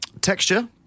Texture